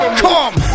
come